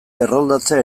erroldatzea